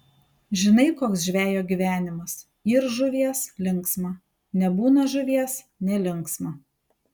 žinai koks žvejo gyvenimas yr žuvies linksma nebūna žuvies nelinksma